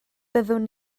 byddwn